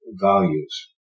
values